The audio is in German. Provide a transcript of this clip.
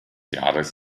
jahres